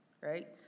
right